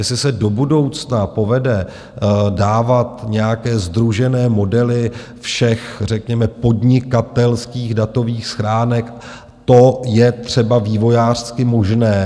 Jestli se do budoucna povede dávat nějaké sdružené modely všech řekněme podnikatelských datových schránek, to je třeba vývojářsky možné.